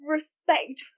Respect